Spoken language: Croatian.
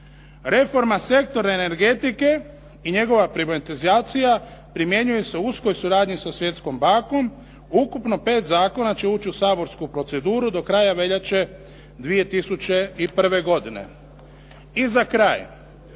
reforma sektora energetike i njegova privatizacija primjenjuje se u uskoj suradnji sa Svjetskom bankom. Ukupno 5 zakona će ući u saborsku proceduru do kraja veljače 2001. godine". I za kraj